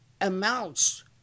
amounts